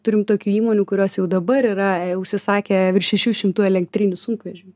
turim tokių įmonių kurios jau dabar yra užsisakę virš šešių šimtų elektrinių sunkvežimių